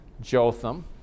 Jotham